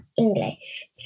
English